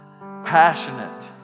passionate